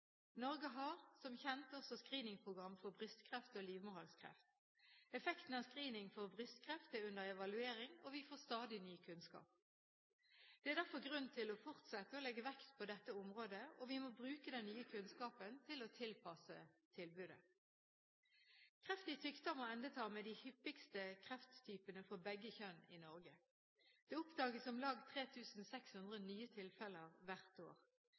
Norge har, som kjent, også screeningprogram for brystkreft og livmorhalskreft. Effekten av screening for brystkreft er under evaluering, og vi får stadig ny kunnskap. Det er derfor grunn til fortsatt å legge vekt på dette området, og vi må bruke den nye kunnskapen til å tilpasse tilbudet. Kreft i tykktarm og endetarm er de hyppigste krefttypene for begge kjønn i Norge. Det oppdages om lag 3 600 nye tilfeller hvert år.